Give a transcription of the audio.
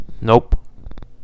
Nope